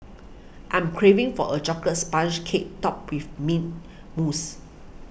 I'm craving for a Chocolate Sponge Cake Topped with Mint Mousse